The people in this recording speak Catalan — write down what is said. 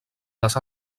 les